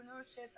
entrepreneurship